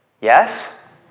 Yes